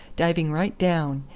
diving right down,